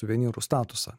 suvenyrų statusą